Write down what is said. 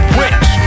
rich